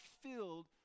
filled